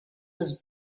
was